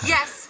Yes